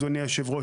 אדוני היו"ר,